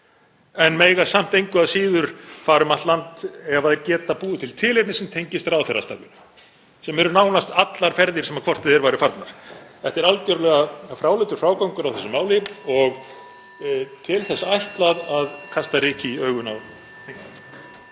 en mega samt engu að síður fara um allt land ef þeir geta búið til tilefni sem tengist ráðherrastarfinu, sem eru nánast allar ferðir sem hvort eð er væru farnar? Þetta er algerlega fráleitur frágangur á þessu máli og til þess ætlað að kasta ryki í augun á þingmönnum.